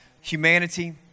humanity